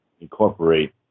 incorporate